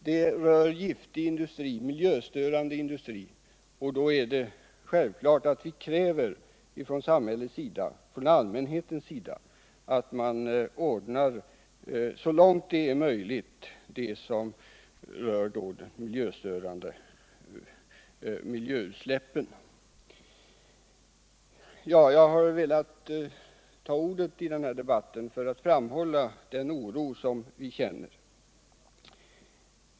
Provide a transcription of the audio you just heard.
Det rör sig om giftig, miljöstörande industri, och då är det självklart att vi från samhällets och från allmänhetens sida kräver att man så långt det är möjligt ordnar detta som rör de miljöstörande utsläppen. Jag har velat ta till orda i den här debatten för att framhålla den oro som vi känner.